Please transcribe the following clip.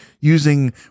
using